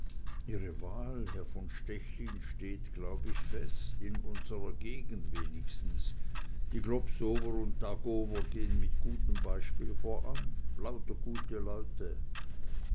ihre wahl herr von stechlin steht glaub ich fest in unsrer gegend wenigstens die globsower und dagower gehen mit gutem beispiel voran lauter gute leute